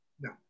No